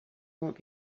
won’t